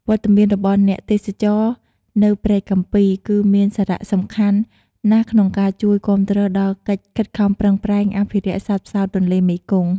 វត្តមានរបស់អ្នកទេសចរនៅព្រែកកាំពី គឺមានសារៈសំខាន់ណាស់ក្នុងការជួយគាំទ្រដល់កិច្ចខិតខំប្រឹងប្រែងអភិរក្សសត្វផ្សោតទន្លេមេគង្គ ។